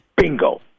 bingo